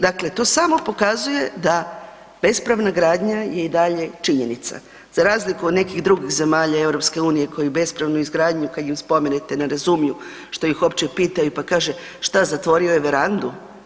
Dakle, to samo pokazuje da bespravna gradnja je i dalje činjenica, za razliku od nekih drugih zemalja EU koji bespravnu izgradnju kad ju spomenete ne razumiju što ih uopće pitaju, pa kaže šta zatvorio je verandu?